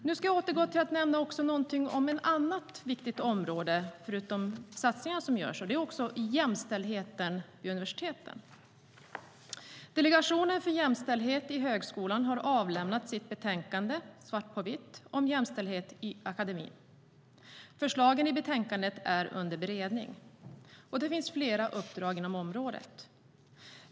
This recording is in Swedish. Jag ska nu nämna någonting om ett annat viktigt område, förutom de satsningar som görs, och det är jämställdheten vid universiteten. Delegationen för jämställdhet i högskolan har avlämnat sitt betänkande Svart på vitt - om jämställdhet i akademin . Förslagen i betänkandet är under beredning. Det finns flera uppdrag på området.